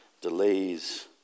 delays